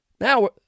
Now